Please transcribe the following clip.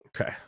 Okay